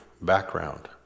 background